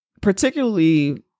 particularly